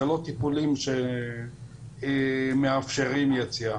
זה לא טיפולים שמאפשרים יציאה.